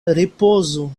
ripozu